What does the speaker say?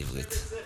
ובעברית.